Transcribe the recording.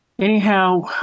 Anyhow